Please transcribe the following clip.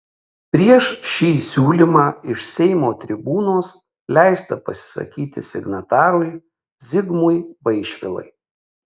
prieš šį siūlymą iš seimo tribūnos leista pasisakyti signatarui zigmui vaišvilai